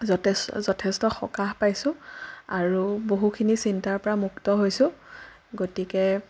যথে যথেষ্ট সকাহ পাইছোঁ আৰু বহুখিনি চিন্তাৰ পৰা মুক্ত হৈছোঁ গতিকে